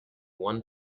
one